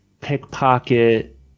pickpocket